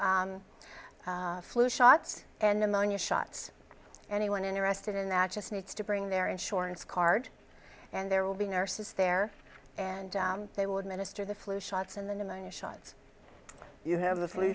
flu shots and pneumonia shots anyone interested in that just needs to bring their insurance card and there will be nurses there and they will administer the flu shots and the pneumonia shots you have the flu